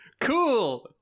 Cool